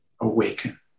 awaken